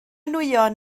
nwyon